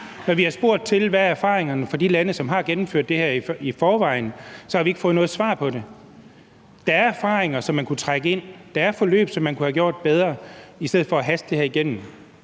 Når vi har spurgt til, hvad erfaringerne har været for de lande, som allerede har gennemført det, så har vi ikke fået noget svar på det. Der er erfaringer, som man kunne trække ind, og der er forløb, hvor man kunne have gjort det bedre, i stedet for at man hastede det her igennem.